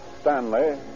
Stanley